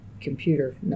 computer